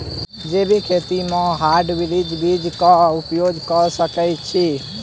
जैविक खेती म हायब्रिडस बीज कऽ उपयोग कऽ सकैय छी?